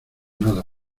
nada